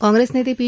काँग्रेस नेते पी